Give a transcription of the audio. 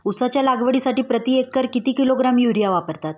उसाच्या लागवडीसाठी प्रति एकर किती किलोग्रॅम युरिया वापरावा?